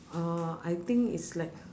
uh I think it's like